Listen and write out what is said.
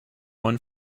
one